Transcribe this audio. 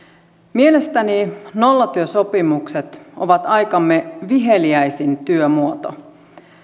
mielestäni nollatyösopimukset ovat aikamme viheliäisin työmuoto